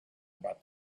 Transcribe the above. about